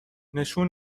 نشون